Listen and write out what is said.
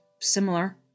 similar